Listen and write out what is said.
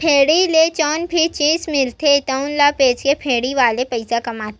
भेड़ी ले जउन भी जिनिस मिलथे तउन ल बेचके भेड़ी वाले पइसा कमाथे